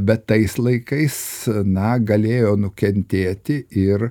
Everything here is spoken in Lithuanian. bet tais laikais na galėjo nukentėti ir